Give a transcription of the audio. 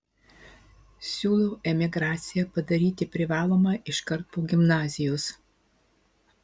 siūlau emigraciją padaryti privalomą iškart po gimnazijos